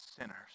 sinners